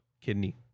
Kidney